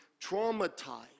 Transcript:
traumatized